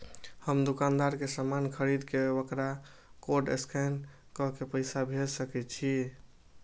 हम दुकानदार के समान खरीद के वकरा कोड स्कैन काय के पैसा भेज सके छिए?